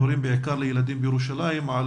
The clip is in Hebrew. בעיקר הורים לילדים בירושלים על